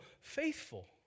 faithful